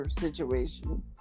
situation